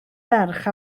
ferch